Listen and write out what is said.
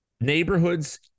neighborhoods